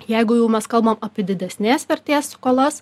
jeigu jau mes kalbam apie didesnės vertės skolas